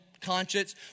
conscience